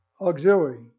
auxiliary